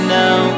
now